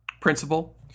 Principal